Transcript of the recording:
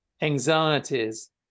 anxieties